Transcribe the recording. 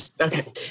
okay